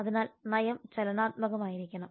അതിനാൽ നയം ചലനാത്മകമായിരിക്കണം